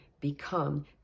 become